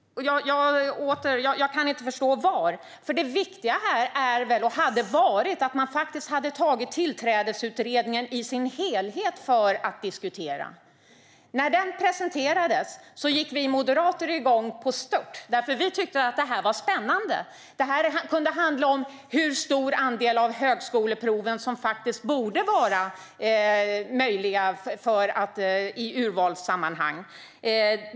Återigen: Jag kan inte förstå var. Det viktiga här hade varit att diskutera Tillträdesutredningens betänkande i dess helhet. När betänkandet presenterades gick vi moderater igång på stört. Vi tyckte att detta var spännande. Det hade kunnat handla om hur stor andel av högskoleproven som borde ingå i urvalssammanhang.